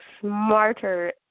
smarter